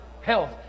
Health